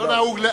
תודה.